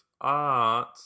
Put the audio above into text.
art